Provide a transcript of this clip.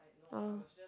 oh